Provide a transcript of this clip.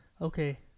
Okay